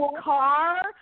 car